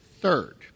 third